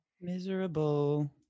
miserable